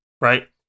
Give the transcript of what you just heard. Right